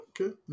Okay